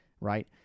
right